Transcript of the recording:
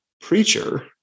preacher